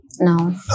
No